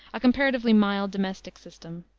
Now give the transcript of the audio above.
a comparatively mild domestic system.